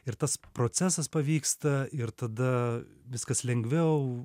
ir tas procesas pavyksta ir tada viskas lengviau